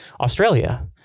Australia